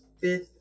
fifth